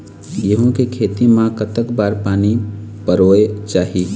गेहूं के खेती मा कतक बार पानी परोए चाही?